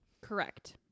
Correct